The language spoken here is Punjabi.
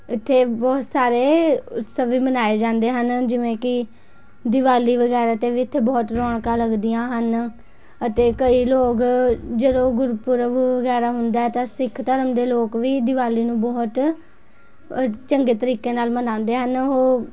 ਇੱਥੇ ਬਹੁਤ ਸਾਰੇ ਉਤਸਵ ਵੀ ਮਨਾਏ ਜਾਂਦੇ ਹਨ ਜਿਵੇਂ ਕਿ ਦਿਵਾਲੀ ਵਗੈਰਾ 'ਤੇ ਵੀ ਇੱਥੇ ਬਹੁਤ ਰੌਣਕਾਂ ਲੱਗਦੀਆਂ ਹਨ ਅਤੇ ਕਈ ਲੋਕ ਜਦੋਂ ਗੁਰਪੁਰਬ ਵਗੈਰਾ ਹੁੰਦਾ ਤਾਂ ਸਿੱਖ ਧਰਮ ਦੇ ਲੋਕ ਵੀ ਦਿਵਾਲੀ ਨੂੰ ਬਹੁਤ ਚੰਗੇ ਤਰੀਕੇ ਨਾਲ ਮਨਾਉਂਦੇ ਹਨ ਉਹ